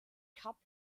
kapp